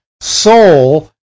soul